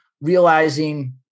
realizing